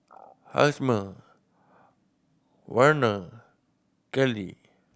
Hjalmer Werner Kelley